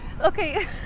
Okay